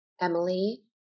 Emily